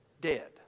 dead